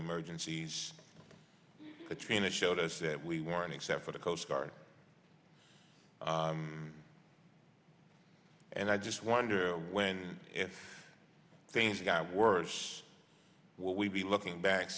emergencies katrina showed us that we weren't except for the coast guard and i just wonder when if things got worse what we'd be looking back